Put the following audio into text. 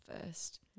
first